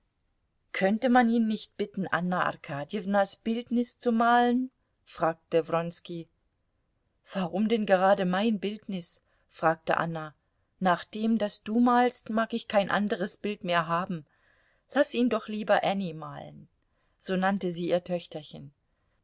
könnte man ihn nicht bitten anna arkadjewnas bildnis zu malen fragte wronski warum denn gerade mein bildnis fragte anna nach dem das du malst mag ich kein anderes bildnis mehr haben laß ihn doch lieber anny malen